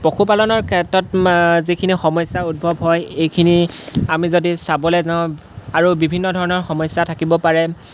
পশুপালনৰ ক্ষেত্ৰত যিখিনি সমস্যা উদ্ভৱ হয় এইখিনি আমি যদি চাবলৈ যাওঁ আৰু বিভিন্ন ধৰণৰ সমস্যা থাকিব পাৰে